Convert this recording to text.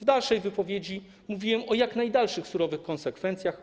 W dalszej wypowiedzi mówiłem o jak najdalszych surowych konsekwencjach,